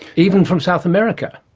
even from south america?